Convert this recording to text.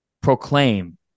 proclaim